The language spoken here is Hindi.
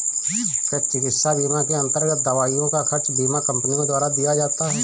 क्या चिकित्सा बीमा के अन्तर्गत दवाइयों का खर्च बीमा कंपनियों द्वारा दिया जाता है?